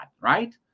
right